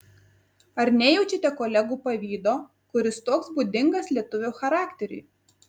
ar nejaučiate kolegų pavydo kuris toks būdingas lietuvio charakteriui